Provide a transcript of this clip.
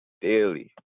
daily